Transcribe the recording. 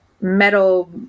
metal